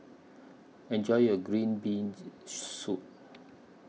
Enjoy your Green Beans Soup